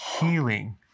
healing